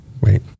Wait